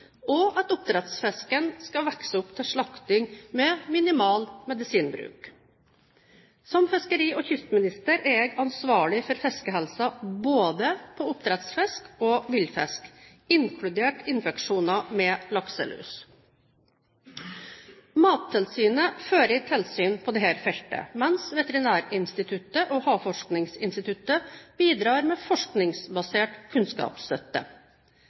og mest mulig av oppdrettsfisken vokser opp til slakting med minimal medisinbruk.» Som fiskeri- og kystminister er jeg ansvarlig for fiskehelsen både på oppdrettsfisk og villfisk, inkludert infeksjoner med lakselus. Mattilsynet fører tilsyn på dette feltet, mens Veterinærinstituttet og Havforskningsinstituttet bidrar med forskningsbasert kunnskapsstøtte.